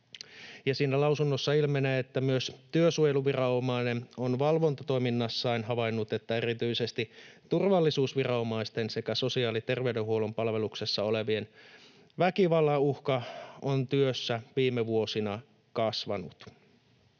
lausunnossa ilmenee, että myös työsuojeluviranomainen on valvontatoiminnassaan havainnut, että erityisesti turvallisuusviranomaisten sekä sosiaali- ja terveydenhuollon palveluksessa olevien väkivallan uhka on työssä viime vuosina kasvanut.